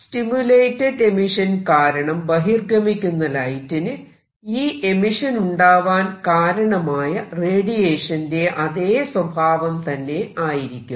stimulated emission കാരണം ബഹിർഗമിക്കുന്ന ലൈറ്റിന് ഈ എമിഷനുണ്ടാവാൻ കാരണമായ റേഡിയേഷൻ ന്റെ അതെ സ്വഭാവം തന്നെ ആയിരിക്കും